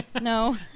No